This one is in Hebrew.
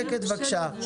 שקט, בבקשה.